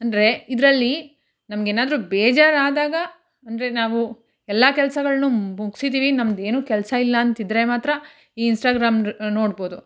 ಅಂದರೆ ಇದರಲ್ಲಿ ನಮ್ಗೇನಾದ್ರೂ ಬೇಜಾರಾದಾಗ ಅಂದರೆ ನಾವು ಎಲ್ಲ ಕೆಲ್ಸಗಳ್ನೂ ಮುಗ್ಸಿದ್ದೀವಿ ನಮ್ಮದೇನು ಕೆಲಸ ಇಲ್ಲ ಅಂತಿದ್ದರೆ ಮಾತ್ರ ಈ ಇನ್ಸ್ಟಾಗ್ರಾಮ್ ರ್ ನೋಡ್ಬೋದು